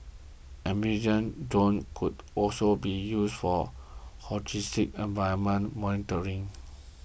amphibious drones could also be used for holistic environmental monitoring